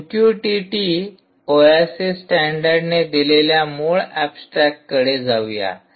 एमकयुटीटी OASIS स्टॅंडर्डने दिलेल्या मूळ ऍब्स्ट्रॅकटकडे जाऊ या